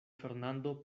fernando